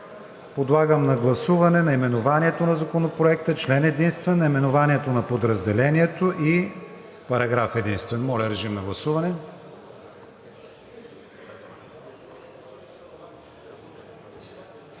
Подлагам на гласуване наименованието на Законопроекта, член единствен, наименованието на подразделението и параграф единствен. Гласували